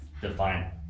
define